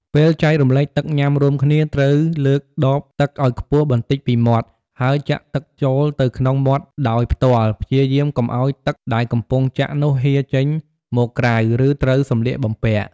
ពេលចែករំលែកទឹកញ៊ាំរួមគ្នា ត្រូវលើកដបទឹកឲ្យខ្ពស់បន្តិចពីមាត់ ហើយចាក់ទឹកចូលទៅក្នុងមាត់ដោយផ្ទាល់ ព្យាយាមកុំឱ្យទឹកដែលកំពុងចាក់នោះហៀរចេញមកក្រៅ ឬត្រូវសម្លៀកបំពាក់។